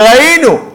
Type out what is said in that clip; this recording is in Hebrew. וראינו.